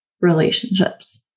relationships